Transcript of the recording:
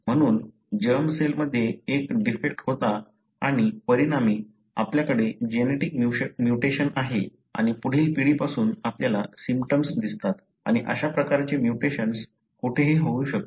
म्हणून जर्मसेल मध्ये एक डिफेक्ट होता आणि परिणामी आपल्याकडे जेनेटिक म्युटेशन आहे आणि पुढील पिढीपासून आपल्याला सिम्पटम्स दिसतात आणि अशा प्रकारचे म्युटेशन कोठेही होऊ शकते